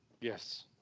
yes